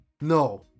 No